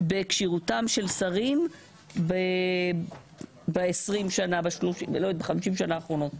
בכשירותם של שרים ב-50 השנה האחרונות?